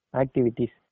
activities